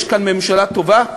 יש כאן ממשלה טובה,